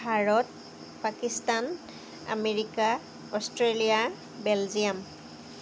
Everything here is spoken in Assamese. Bharat Pakistan America Australia Belgium